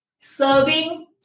serving